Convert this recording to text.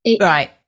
right